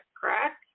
correct